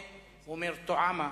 טועמֶה" הוא אומר טועמה.